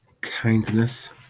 kindness